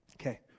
Okay